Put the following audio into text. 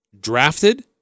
drafted